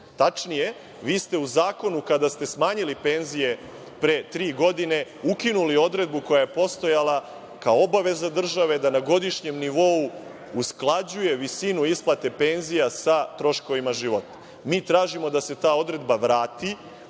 Tačnije, vi ste u zakonu kada ste smanjili penzije, pre tri godine, ukinuli odredbu koja je postojala kao obaveza države da na godišnjem nivou usklađuje visinu isplate penzija sa troškovima života. Mi tražimo da se ta odredba vrati